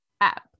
app